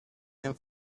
and